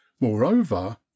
moreover